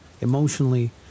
emotionally